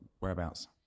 whereabouts